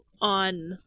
on